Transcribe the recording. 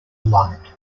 light